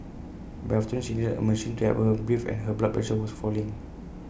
by afternoon she needed A machine to help her breathe and her blood pressure was falling